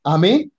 Amen